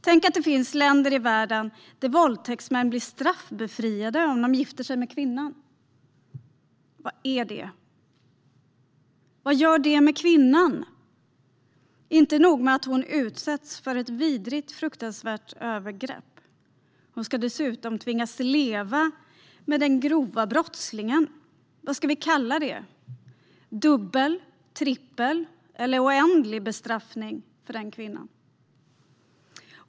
Tänk att det finns länder i världen där våldtäktsmän blir straffbefriade om de gifter sig med kvinnan! Vad är det? Vad gör det med kvinnan? Inte nog med att hon utsätts för ett vidrigt, fruktansvärt övergrepp - hon ska dessutom tvingas leva med den grova brottslingen. Vad ska vi kalla det? Ska vi kalla det dubbel, trippel eller oändlig bestraffning för den kvinnan?